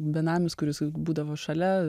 benamis kuris būdavo šalia